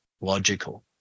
logical